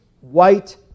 white